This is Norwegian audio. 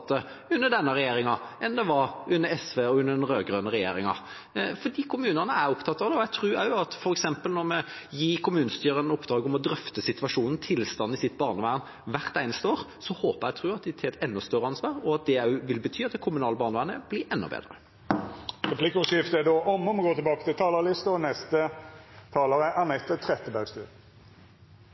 ansatte under denne regjeringa enn det var under SV og under den rød-grønne regjeringa. Kommunene er opptatt av dette, og når vi f.eks. gir kommunestyrene i oppdrag å drøfte situasjonen og tilstanden i sitt barnevern hvert eneste år, håper og tror jeg at de tar et enda større ansvar, og at det også vil bety at det kommunale barnevernet blir enda bedre. Replikkordskiftet er omme. Likestilling kommer ikke av seg selv, og